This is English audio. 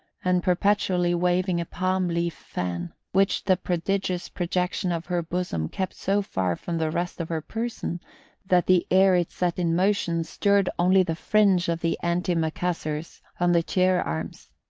and perpetually waving a palm-leaf fan which the prodigious projection of her bosom kept so far from the rest of her person that the air it set in motion stirred only the fringe of the anti-macassars on the chair-arms.